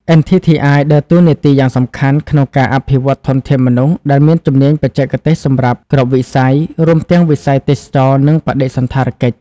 NTTI ដើរតួនាទីយ៉ាងសំខាន់ក្នុងការអភិវឌ្ឍធនធានមនុស្សដែលមានជំនាញបច្ចេកទេសសម្រាប់គ្រប់វិស័យ រួមទាំងវិស័យទេសចរណ៍ និងបដិសណ្ឋារកិច្ច។